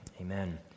amen